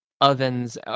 ovens